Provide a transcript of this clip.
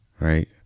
right